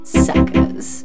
suckers